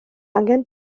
angen